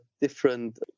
different